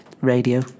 Radio